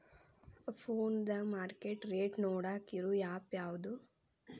ಫೋನದಾಗ market rate ನೋಡಾಕ್ ಇರು ಆ್ಯಪ್ ಯಾವದು?